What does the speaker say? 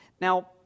Now